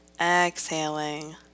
exhaling